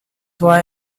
why